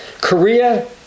Korea